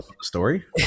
story